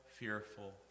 fearful